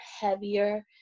heavier